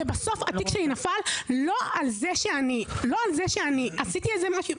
ובסוף התיק שלי נפל לא על זה שאני עשיתי איזה משהו.